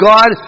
God